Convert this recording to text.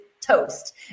toast